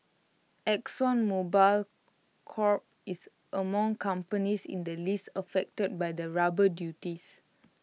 exxon Mobil Corp is among companies in the list affected by the rubber duties